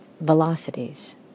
velocities